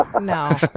no